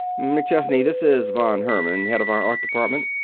mcchesney, this is von herman, head of our art department.